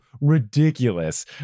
ridiculous